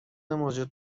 موجود